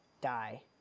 die